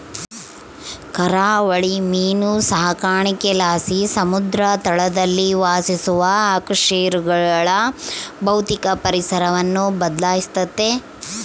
ಕರಾವಳಿ ಮೀನು ಸಾಕಾಣಿಕೆಲಾಸಿ ಸಮುದ್ರ ತಳದಲ್ಲಿ ವಾಸಿಸುವ ಅಕಶೇರುಕಗಳ ಭೌತಿಕ ಪರಿಸರವನ್ನು ಬದ್ಲಾಯಿಸ್ತತೆ